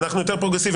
אנחנו יותר פרוגרסיביים.